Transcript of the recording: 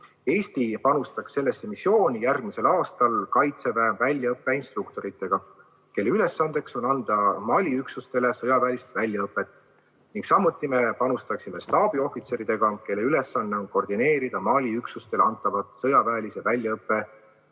Eesti panustaks sellesse missiooni järgmisel aastal Kaitseväe väljaõppeinstruktoritega, kelle ülesanne on anda Mali üksustele sõjaväelist väljaõpet, ning samuti me panustaksime staabiohvitseridega, kelle ülesanne on koordineerida Mali üksustele antavat sõjaväelise väljaõppe